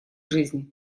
жизни